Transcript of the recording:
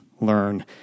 learn